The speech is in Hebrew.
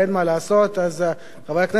אז, חבר הכנסת נחמן שי,